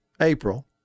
April